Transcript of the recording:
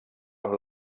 amb